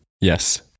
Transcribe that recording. Yes